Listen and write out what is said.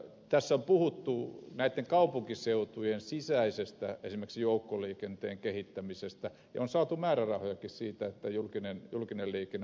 tässä on puhuttu esimerkiksi näitten kaupunkiseutujen sisäisestä joukkoliikenteen kehittämisestä ja on saatu määrärahojakin siihen että julkista liikennettä on pyritty kehittämään